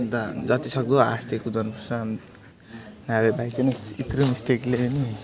अन्त जतिसक्दो आस्ते कुदाउनु पर्छ नभए बाइक चाहिँ नि इत्रु मिस्टेकले पनि